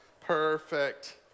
Perfect